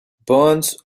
burns